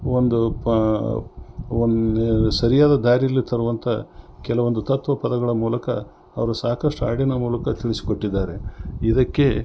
ಒಂದು ಪಾ ಒಂದು ಸರಿಯಾದ ದಾರಿಲಿ ತರುವಂಥ ಕೆಲವಂದು ತತ್ವ ಪದಗಳ ಮೂಲಕ ಅವರು ಸಾಕಷ್ಟು ಹಾಡಿನ ಮೂಲಕ ತಿಳಿಸ್ಕೊಟ್ಟಿದ್ದಾರೆ ಇದಕ್ಕೆ